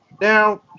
now